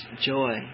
joy